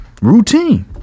Routine